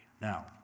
Now